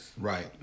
Right